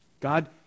God